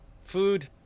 food